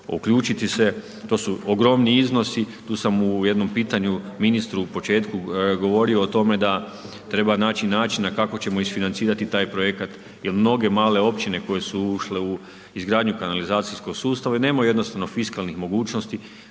uključiti se, to su ogromni iznosi. Tu sam u jednom pitanju ministru u početku govorio o tome da treba naći načina kako ćemo isfinancirati taj projekat jer mnoge male općine koje su ušle u izgradnju kanalizacijskog sustava nemaju jednostavno fiskalnih mogućnosti